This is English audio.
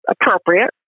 appropriate